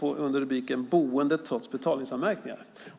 under rubriken Boende trots betalningsanmärkningar.